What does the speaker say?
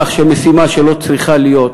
כך שמשימה שלא צריכה להיות,